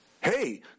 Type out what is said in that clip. hey